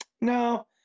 No